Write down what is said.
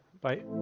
Bye